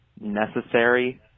necessary